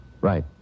Right